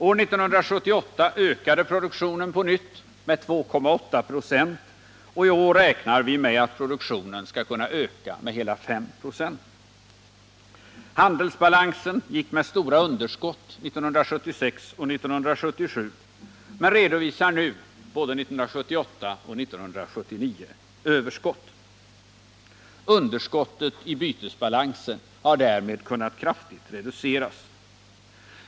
År 1978 ökade produktionen på nytt med 2,8 96, och i år räknar vi med att produktionen skall kunna öka med hela 5 96. Handelsbalansen uppvisade stora underskott 1976 och 1977 men redovisar nu överskott både 1978 och 1979. Underskottet i bytesbalansen har därmed kunnat kraftigt reduceras.